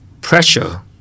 pressure